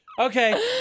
Okay